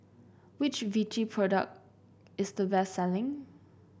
which Vichy product is the best selling